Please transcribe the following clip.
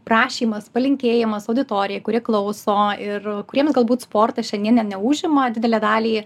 prašymas palinkėjimas auditorijai kuri klauso ir kuriems galbūt sportas šiandien ne neužima didelę dalį